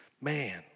Man